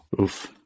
Oof